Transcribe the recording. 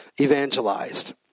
evangelized